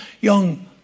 young